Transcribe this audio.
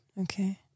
Okay